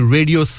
Radio